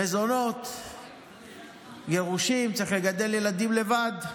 מזונות, יורשים, צריך לגדל ילדים לבד,